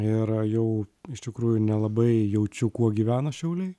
ir jau iš tikrųjų nelabai jaučiu kuo gyvena šiauliai